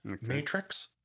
matrix